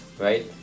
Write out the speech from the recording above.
right